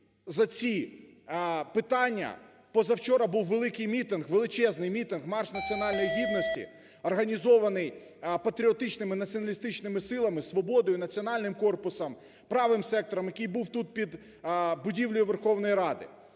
за ці питання позавчора був великий мітинг, величезний мітинг "Марш національної гідності", організований патріотичними націоналістичними силами: "Свободою", "Національним корпусом", "Правим сектором", який був тут під будівлею Верховної Ради.